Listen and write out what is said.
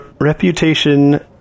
reputation